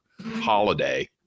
holiday